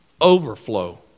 Overflow